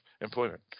employment